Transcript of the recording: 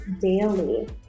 daily